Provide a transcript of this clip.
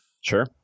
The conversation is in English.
Sure